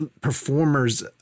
performers